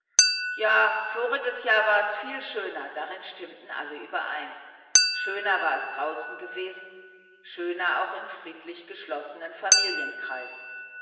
ja voriges jahr war es viel schöner darin stimmten alle überein schöner war es draußen gewesen schöner auch im friedlich geschlossenen familienkreis